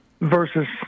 versus